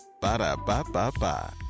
Ba-da-ba-ba-ba